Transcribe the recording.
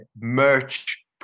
merch